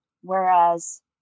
Whereas